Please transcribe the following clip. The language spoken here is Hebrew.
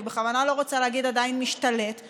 אני בכוונה לא רוצה להגיד עדיין שהוא משתלט,